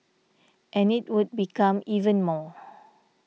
and it would become even more